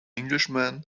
englishman